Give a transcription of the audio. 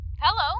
Hello